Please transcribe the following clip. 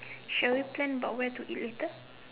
shall we plan about where to eat later